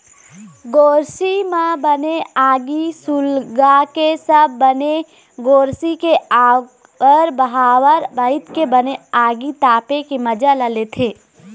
गोरसी म बने आगी सुलगाके सब बने गोरसी के आवर भावर बइठ के बने आगी तापे के मजा ल लेथे